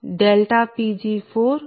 Pg3704